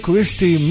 Christy